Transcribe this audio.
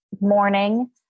morning